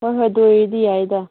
ꯍꯣꯏ ꯍꯣꯏ ꯑꯗꯨ ꯑꯣꯏꯔꯗꯤ ꯌꯥꯏꯗ